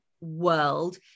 world